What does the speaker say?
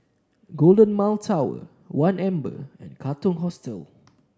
Golden Mile Tower One Amber and Katong Hostel